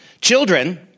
Children